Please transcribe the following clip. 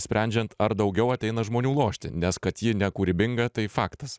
sprendžiant ar daugiau ateina žmonių lošti nes kad ji nekūrybinga tai faktas